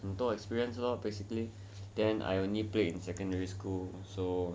很多 experience lor basically then I only play in secondary school so